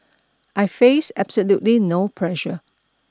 I face absolutely no pressure